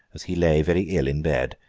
as he lay very ill in bed,